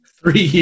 Three